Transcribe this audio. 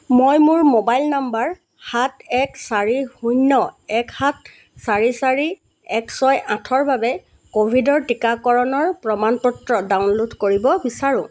মই মোৰ mobile number সাত এক চাৰি শূন্য এক সাত চাৰি চাৰি এক ছয় আঠৰ বাবে ক'ভিডৰ টিকাকৰণৰ প্ৰমাণ পত্ৰ ডাউনলোড কৰিব বিচাৰোঁ